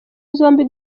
zombi